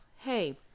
Hey